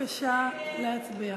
בבקשה להצביע.